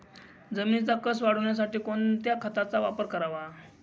जमिनीचा कसं वाढवण्यासाठी कोणत्या खताचा वापर करावा?